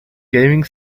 gaming